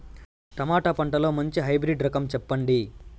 Tomato పంటలో మంచి hybrid రకం చెప్పండి?